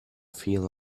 feel